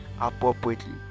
appropriately